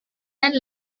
and